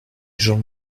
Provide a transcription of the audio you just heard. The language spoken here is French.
jean